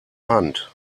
hand